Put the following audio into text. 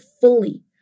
fully